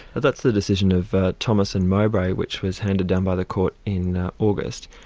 that's the decision of thomas and mowbray which was handed down by the court in august,